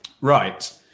Right